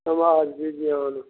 समाज बिज्ञान